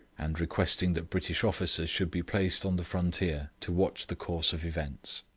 and requesting that british officers should be placed on the frontier to watch the course of events.